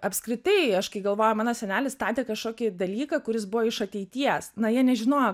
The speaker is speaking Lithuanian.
apskritai aš kai galvoju mano senelis statė kažkokį dalyką kuris buvo iš ateities na jie nežinojo